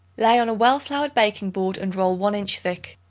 lay on a well-floured baking-board and roll one inch thick.